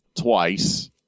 twice